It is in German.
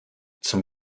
zum